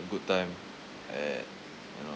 a good time and you know